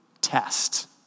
test